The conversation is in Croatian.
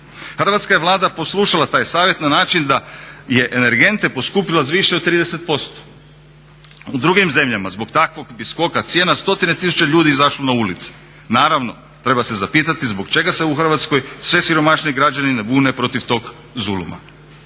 Hrvatska je vlada poslušala taj savjet na način da je energente poskupila za više od 30%. U drugim zemljama zbog takvog bi skoka cijena 100 tisuća ljudi izašlo na ulice. Naravno, treba se zapitati zbog čega se u Hrvatskoj sve siromašniji građani ne bune protiv tog zuluma.